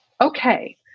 Okay